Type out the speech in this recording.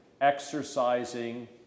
exercising